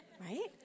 right